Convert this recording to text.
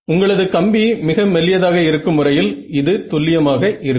உங்களது கம்பி மிக மெல்லியதாக இருக்கும் வரையில் இது துல்லியமாக இருக்கும்